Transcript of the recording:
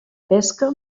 pesca